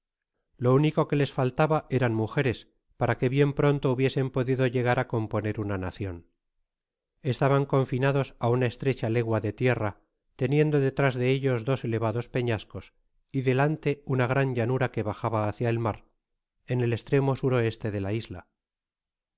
lo único que les faltaba eran mujeres para que bien pronto hubiesen podido llegar á componer una nacion estaban confinados á una estrecha leng ua de tierra teniendo detrás de ellos dos elevados peñascos y delante una gran llanura que bajaba hácia el mar en el estremo s e de la isla